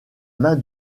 main